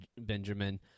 Benjamin